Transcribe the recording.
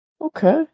Okay